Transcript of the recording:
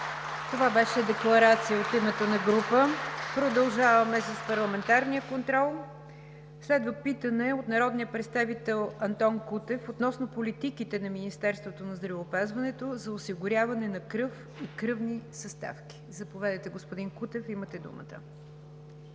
Това беше декларация от името на група. Продължаваме с парламентарния контрол. Следва питане от народния представител Антон Кутев относно политиките на Министерството на здравеопазването за осигуряване на кръв и кръвни съставки. Заповядайте, господин Кутев. Имате думата.